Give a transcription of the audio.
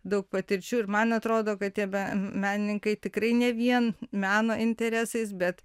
daug patirčių ir man atrodo kad tie menininkai tikrai ne vien meno interesais bet